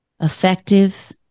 effective